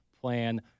plan